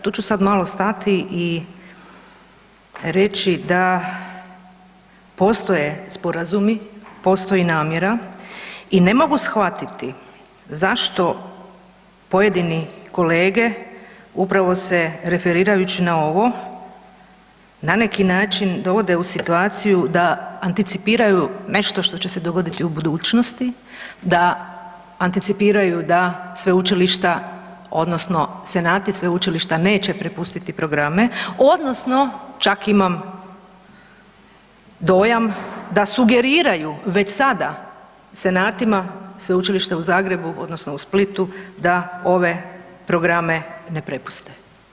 Tu ću sad malo stati i reći da postoje sporazumi, postoji namjera i ne mogu shvatiti zašto pojedini kolege upravo se referirajući na ovo na neki način dovode u situaciju da anticipiraju nešto što će se dogoditi u budućnosti, a anticipiraju da sveučilišta odnosno senati sveučilišta neće propustiti programe odnosno čak imam dojam da su sugeriraju već sada senatima Sveučilišta u Zagrebu odnosno u Splitu da ove programe ne prepuste.